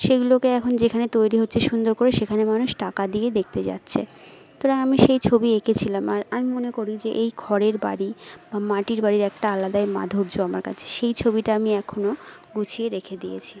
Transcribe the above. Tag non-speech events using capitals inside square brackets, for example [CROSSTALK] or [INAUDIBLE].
সেইগুলোকে এখন যেখানে তৈরি হচ্ছে সুন্দর করে সেখানে মানুষ টাকা দিয়ে দেখতে যাচ্ছে তো [UNINTELLIGIBLE] আমি সেই ছবি এঁকেছিলাম আর আমি মনে করি যে এই খড়ের বাড়ি বা মাটির বাড়ির একটা আলাদাই মাধুর্য আমার কাছে সেই ছবিটা আমি এখনও গুছিয়ে রেখে দিয়েছি